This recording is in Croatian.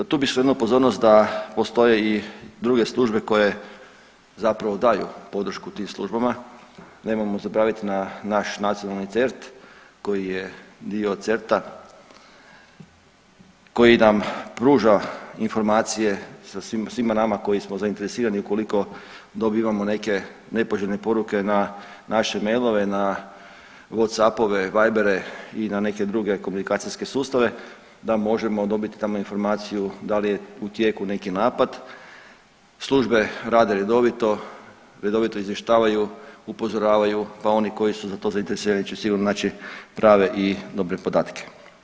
Tu bi skrenuo pozornost da postoje i druge službe koje zapravo daju podršku tim službama, nemojmo zaboraviti na naš nacionalni CERT koji je dio CERT-a koji nam pruža informacije sa svima nama koji smo zainteresirani ukoliko dobivamo neke nepoželjne poruke na naše mailove, na Whatsappove, Vibere i na neke druge komunikacijske sustave, da možemo dobiti tamo informaciju da li je u tijeku neki napad, službe rade redovito, redovito izvještavaju, upozoravaju, pa oni koji su za to zainteresirani će sigurno naći prave i dobre podatke.